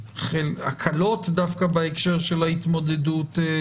הקלות דווקא בהקשר של ההתמודדות על